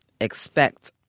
expect